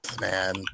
Man